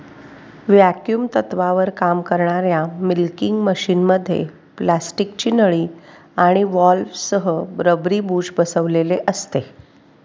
vacuum तत्त्वावर काम करणाऱ्या मिल्किंग मशिनमध्ये प्लास्टिकची नळी आणि व्हॉल्व्हसह रबरी बुश बसविलेले असते